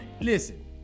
listen